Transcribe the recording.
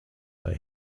they